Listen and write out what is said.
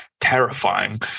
terrifying